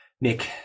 Nick